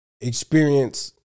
experience